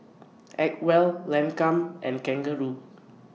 Acwell Lancome and Kangaroo